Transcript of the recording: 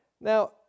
Now